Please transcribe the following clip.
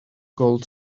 gold